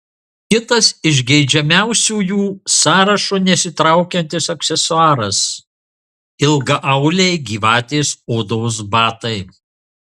kitas iš geidžiamiausiųjų sąrašo nesitraukiantis aksesuaras ilgaauliai gyvatės odos batai